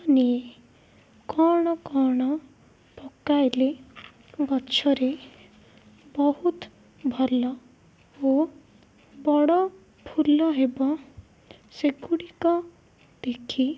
ନିଏ କ'ଣ କ'ଣ ପକାଇଲେ ଗଛରେ ବହୁତ ଭଲ ଓ ବଡ଼ ଫୁଲ ହେବ ସେଗୁଡ଼ିକ ଦେଖି